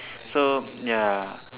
so ya